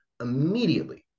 immediately